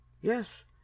Yes